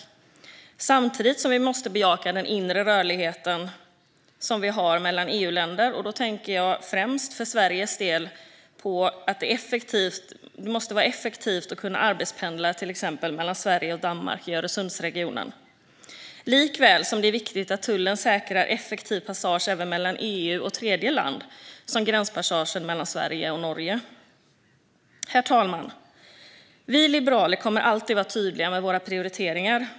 Samtidigt måste vi bejaka den inre rörlighet som vi har mellan EUländer, och då tänker jag för Sveriges del främst på att det måste kunna vara effektivt att arbetspendla, till exempel mellan Sverige och Danmark i Öresundsregionen. Likväl är det viktigt att tullen säkrar effektiv passage även mellan EU och tredjeland, som gränspassagen mellan Sverige och Norge. Herr talman! Vi liberaler kommer alltid att vara tydliga med våra prioriteringar.